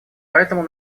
поэтому